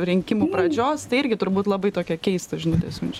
rinkimų pradžios tai irgi turbūt labai tokią keistą žinutę siunčia